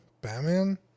batman